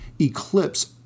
eclipse